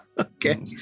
Okay